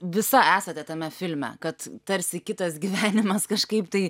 visa esate tame filme kad tarsi kitas gyvenimas kažkaip tai